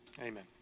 amen